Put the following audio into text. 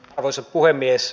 arvoisa puhemies